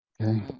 Okay